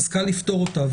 קל לפתור אותה,